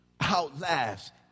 outlast